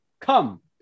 Come